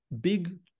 big